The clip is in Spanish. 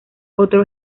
otro